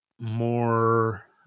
more